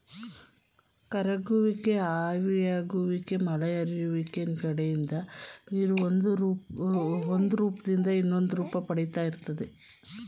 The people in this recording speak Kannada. ಕರಗುವಿಕೆ ಆವಿಯಾಗುವಿಕೆ ಮಳೆ ಹರಿಯುವಿಕೆ ಕಡೆಯಿಂದ ನೀರು ಒಂದುರೂಪ್ದಿಂದ ಇನ್ನೊಂದುರೂಪ ಪಡಿತಾ ಇರ್ತದೆ